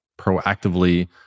proactively